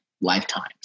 lifetimes